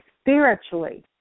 spiritually